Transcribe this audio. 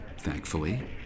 thankfully